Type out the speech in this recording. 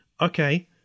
okay